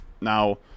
Now